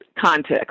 context